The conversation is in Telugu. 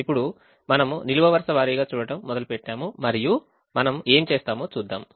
ఇప్పుడు మనం నిలువు వరుస వారీగా చూడటం మొదలుపెట్టాము మరియు మనం ఏమి చేస్తామో చూద్దాం